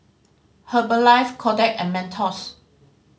Herbalife Kodak and Mentos